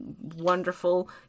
wonderful